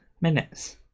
minutes